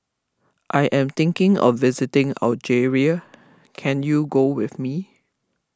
I am thinking of visiting Algeria can you go with me